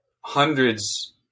hundreds